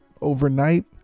overnight